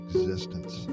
existence